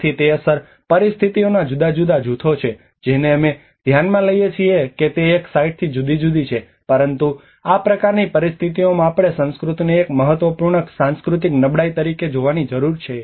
તેથી તે અસર પરિસ્થિતિઓના જુદા જુદા જૂથો છે જેને અમે ધ્યાનમાં લઈએ છીએ કે તે એક સાઇટથી જુદી જુદી છે પરંતુ આ પ્રકારની પરિસ્થિતિઓમાં આપણે સંસ્કૃતિને એક મહત્વપૂર્ણ સાંસ્કૃતિક નબળાઈ તરીકે જોવાની જરૂર છે